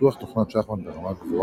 פיתוח תוכנת שחמט ברמה גבוהה,